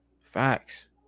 Facts